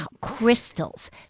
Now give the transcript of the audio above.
crystals